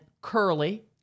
Curly